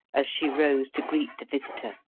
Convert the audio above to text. as she rose to greet the visitor.